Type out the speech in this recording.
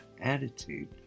attitude